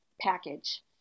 package